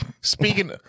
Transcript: speaking